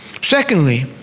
Secondly